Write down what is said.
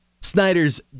Snyder's